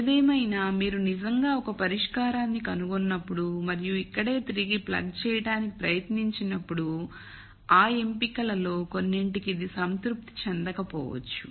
ఏదేమైనా మీరు నిజంగా ఒక పరిష్కారాన్ని కనుగొన్నప్పుడు మరియు ఇక్కడే తిరిగి ప్లగ్ చేయడానికి ప్రయత్నించినప్పుడు ఆ ఎంపికలలో కొన్నింటికి ఇది సంతృప్తి చెందకపోవచ్చు